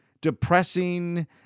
depressing